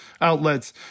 outlets